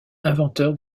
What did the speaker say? inventeur